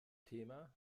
thema